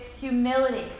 humility